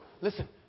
listen